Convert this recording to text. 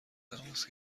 تماس